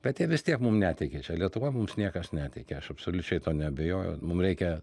bet jie vis tiek mum netiki čia lietuvoj mums niekas netiki aš absoliučiai tuo neabejoju mum reikia